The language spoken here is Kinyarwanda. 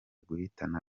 guhitana